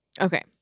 Okay